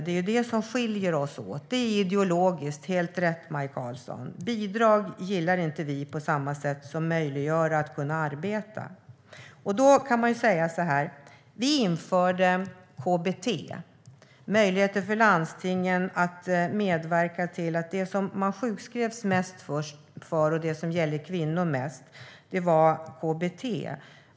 Det är det som skiljer oss åt, och det är ideologiskt. Det är helt rätt, Maj Karlsson. Bidrag gillar vi inte lika mycket som att möjliggöra att arbeta. Vi införde möjligheten för landstingen att medverka till behandling med KBT, eftersom det som man sjukskrevs mest för och det som gäller kvinnor mest var sådant som kunde behandlas med just KBT.